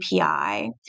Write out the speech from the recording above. API